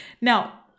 Now